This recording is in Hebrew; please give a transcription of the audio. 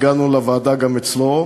הגענו גם לוועדה אצלו,